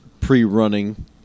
pre-running